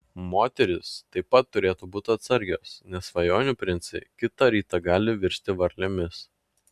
moterys taip pat turėtų būti atsargios nes svajonių princai kitą rytą gali virsti varlėmis